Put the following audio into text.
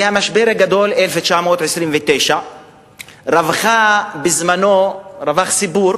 במשבר הגדול ב-1929 רווח סיפור